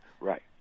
right